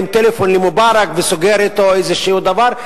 טלפון למובארק וסוגר אתו איזשהו דבר,